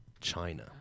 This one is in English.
China